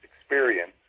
experience